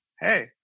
hey